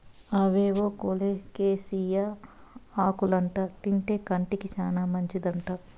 అవేవో కోలోకేసియా ఆకులంట తింటే కంటికి చాలా మంచిదంట